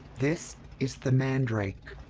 this is the mandrake.